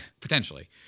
Potentially